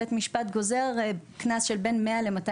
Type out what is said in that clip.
בית המשפט גוזר קנס של בין 100 ל-200